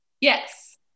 Yes